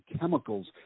chemicals